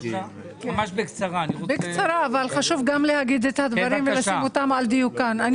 אני אדבר בקצרה אבל חשוב גם לומר את הדברים ולשים אותם על דיוקם.